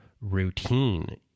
routine